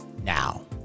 now